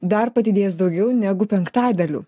dar padidės daugiau negu penktadaliu